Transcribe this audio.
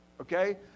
okay